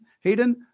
Hayden